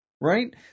Right